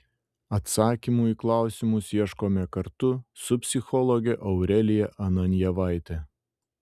atsakymų į klausimus ieškome kartu su psichologe aurelija ananjevaite